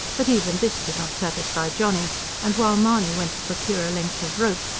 but even this did not satisfy johnny and while mahony went to procure a length of rope,